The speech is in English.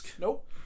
Nope